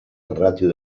ràtio